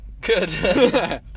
good